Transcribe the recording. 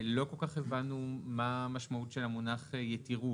לא כל כך הבנו מה המשמעות של המונח "יתירות".